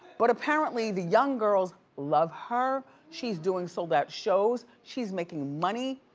but apparently the young girls love her. she's doing sold out shows, she's making money,